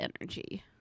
energy